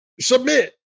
Submit